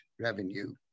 revenue